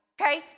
Okay